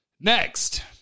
Next